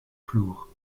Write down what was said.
flour